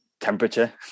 temperature